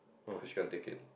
cause you want take it